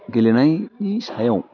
गेलेनायनि सायाव